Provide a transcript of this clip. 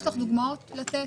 יש לך דוגמאות לתת?